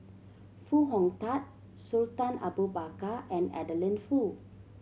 Foo Hong Tatt Sultan Abu Bakar and Adeline Foo